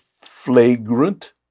flagrant